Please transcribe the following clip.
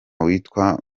witwa